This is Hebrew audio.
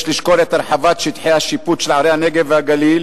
יש לשקול את הרחבת שטחי השיפוט של ערי הנגב והגליל